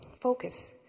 focus